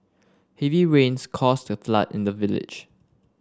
heavy rains caused a flood in the village